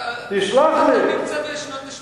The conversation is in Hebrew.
אתה נמצא בשנות ה-80.